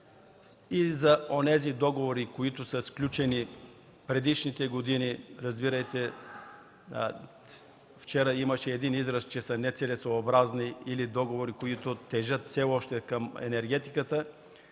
и за онези договори, които са сключени предишните години, разбирайте – вчера имаше един израз, че са нецелесъобразни или договори, които тежат все още към енергетиката,